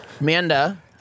Amanda